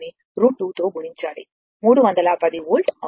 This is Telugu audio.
√2తో గుణించాలి 310 వోల్ట్ అవుతుంది